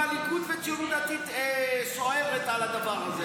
אם הליכוד והציונות הדתית סוערת על הדבר הזה,